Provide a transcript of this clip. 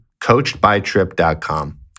coachedbytrip.com